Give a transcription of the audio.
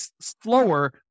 slower